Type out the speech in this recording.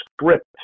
script